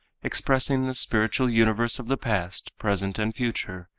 expressing the spiritual universe of the past, present and future,